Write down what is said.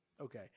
Okay